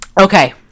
okay